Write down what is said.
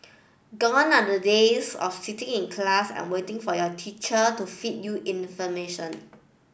gone are the days of sitting in class and waiting for your teacher to feed you information